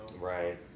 Right